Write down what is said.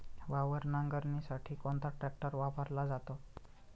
वावर नांगरणीसाठी कोणता ट्रॅक्टर वापरला जातो?